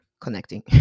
connecting